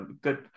good